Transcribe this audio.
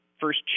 first